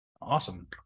awesome